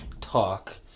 talk